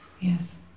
Yes